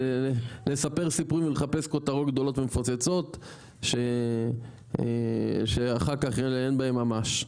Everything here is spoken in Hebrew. מתיימר לספר סיפורים ומחפש כותרות גדולות ומפוצצות שאחר כך אין בהן ממש.